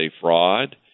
fraud